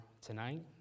tonight